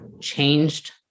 changed